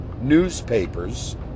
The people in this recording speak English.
newspapers